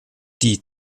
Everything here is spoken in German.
die